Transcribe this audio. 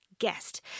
guest